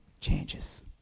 changes